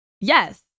yes